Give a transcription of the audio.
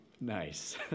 Nice